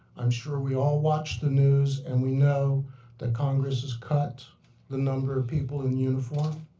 i'm sure we all watch the news, and we know that congress has cut the number of people in uniform.